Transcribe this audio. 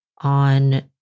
on